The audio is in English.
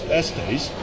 estates